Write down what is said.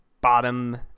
bottom